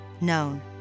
known